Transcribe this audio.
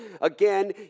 Again